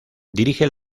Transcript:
dirige